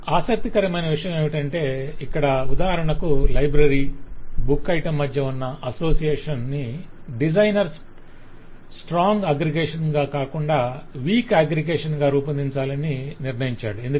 ఆసక్తికరమైన విషయం ఏమిటంటే ఇక్కడ ఉదాహరణకు లైబ్రరీ బుక్ ఐటం మధ్య ఉన్న అసోసియేషన్ ని డిజైనర్ స్ట్రాంగ్ అగ్రిగేషన్గా కాకుండా వీక్ అగ్రిగేషన్గా రూపొందించాలని డిజైనర్ నిర్ణయించాడు ఎందుకని